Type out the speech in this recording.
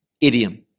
idiom